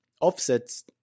offsets